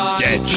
dead